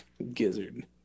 Gizzard